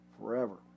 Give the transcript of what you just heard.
forever